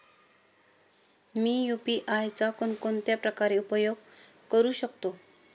मी UPI चा कोणकोणत्या प्रकारे उपयोग करू शकतो?